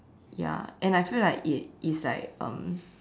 ya and I feel like it it's like um